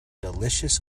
delicious